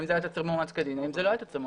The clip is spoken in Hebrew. האם התצהיר מאומת כדין או לא.